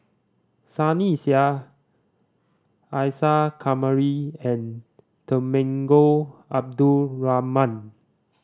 Sunny Sia Isa Kamari and Temenggong Abdul Rahman